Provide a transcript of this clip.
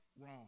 wrong